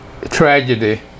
Tragedy